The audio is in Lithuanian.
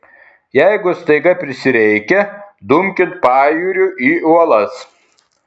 jeigu staiga prisireikia dumkit pajūriu į uolas